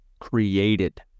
Created